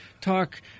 talk